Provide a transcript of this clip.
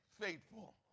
faithful